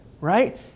right